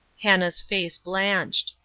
hannah's face blanched.